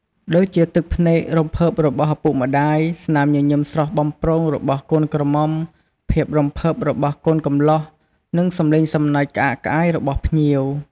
ដូចជាទឹកភ្នែករំភើបរបស់ឪពុកម្តាយ ស្នាមញញឹមស្រស់បំព្រងរបស់កូនក្រមុំ ភាពរំភើបរបស់កូនកំលោះ និងសំឡេងសំណើចក្អាកក្អាយរបស់ភ្ញៀវ។